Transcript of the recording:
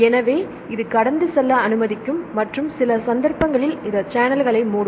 எனவே இது கடந்து செல்ல அனுமதிக்கும் மற்றும் சில சந்தர்ப்பங்களில் அது சேனல்களை மூடும்